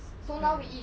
mm